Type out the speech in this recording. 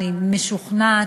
אני משוכנעת,